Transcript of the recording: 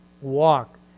walk